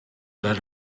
let